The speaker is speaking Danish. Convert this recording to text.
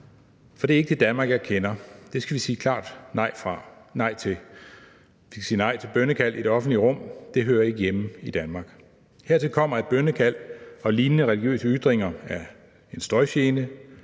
for det er ikke det Danmark, jeg kender. Det skal vi sige klart nej til. Vi skal sige nej til bønnekald i det offentlige rum, det hører ikke hjemme i Danmark. Hertil kommer, at bønnekald og lignende religiøse ytringer er en støjgene.